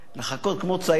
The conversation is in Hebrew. לחכות כמו צייד,